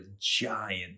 giant